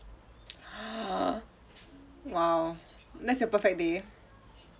!wow! that's your perfect day